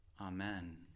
Amen